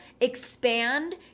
expand